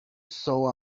saw